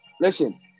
Listen